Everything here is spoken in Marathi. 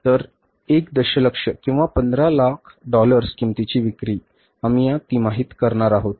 तर १ दशलक्ष किंवा 15 lakh लाख डॉलर्स किंमतीची विक्री आम्ही या तिमाहीत करणार आहोत